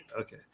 Okay